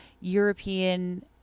European